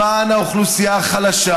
למען האוכלוסייה החלשה.